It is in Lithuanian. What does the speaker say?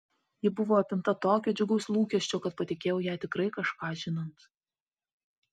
ji buvo apimta tokio džiugaus lūkesčio kad patikėjau ją tikrai kažką žinant